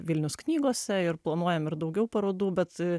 vilnius knygose ir planuojam ir daugiau parodų bet i